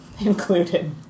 included